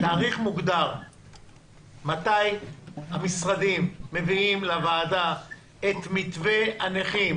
תאריך מוגדר מתי המשרדים מביאים לוועדה את מתווה הנכים,